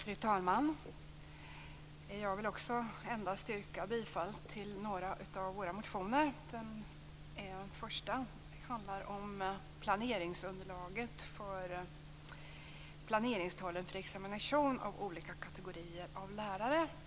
Fru talman! Också jag skall yrka bifall endast vad gäller några av våra motioner. Den första handlar om planeringsunderlaget för planeringstalen för examination av olika kategorier lärare.